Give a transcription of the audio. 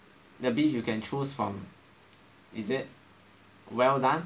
the beef you can choose from is it well done